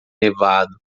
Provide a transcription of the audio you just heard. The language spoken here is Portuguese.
nevado